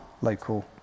local